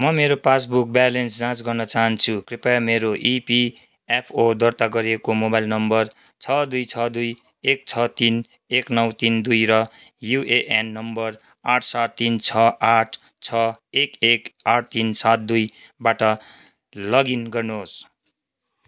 म मेरो passbook balance जाँच गर्न चाहन्छु कृपया मेरो इपिएफओ दर्ता गरिएको मोबाइल नम्बर छ दुई छ दुई एक छ तिन एक नौ तिन दुई र युएएन नम्बर आठ सात तिन छ आठ छ एक एक आठ तिन सात दुईबाट लगइन गर्नुहोस्